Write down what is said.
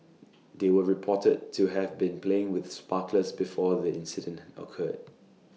they were reported to have been playing with sparklers before the incident occurred